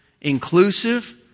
inclusive